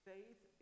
Faith